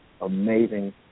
amazing